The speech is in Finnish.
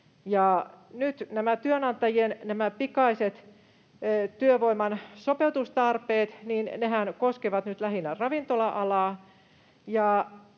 työnantajien pikaiset työvoiman sopeutustarpeet koskevat lähinnä ravintola-alaa,